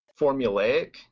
formulaic